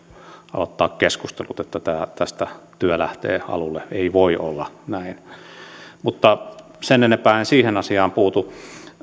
aloittaa keskustelut että tästä työ lähtee alulle ei voi olla näin mutta sen enempää en siihen asiaan puutu